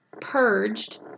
purged